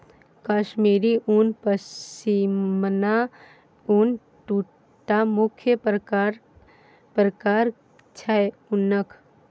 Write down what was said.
कश्मीरी उन, पश्मिना उन दु टा मुख्य प्रकार छै उनक